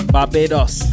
Barbados